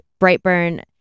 Brightburn